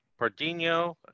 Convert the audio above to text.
Pardino